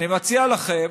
אני מציע לכם: